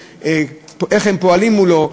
איך הם פועלים מולו.